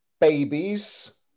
babies